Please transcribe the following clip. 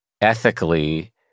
ethically